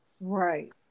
Right